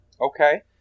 Okay